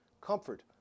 comfort